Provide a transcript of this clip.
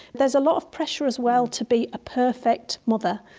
there's a lot of pressure as well to be a perfect mother.